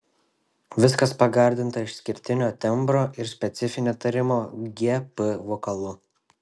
viskas pagardinta išskirtinio tembro ir specifinio tarimo gp vokalu